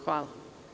Hvala.